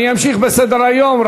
התשע"ד 2013,